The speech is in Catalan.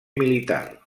militar